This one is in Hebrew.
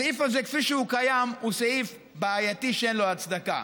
הסעיף הזה כפי שהוא קיים הוא סעיף בעייתי שאין לו הצדקה.